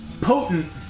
potent-